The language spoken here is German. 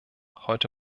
heute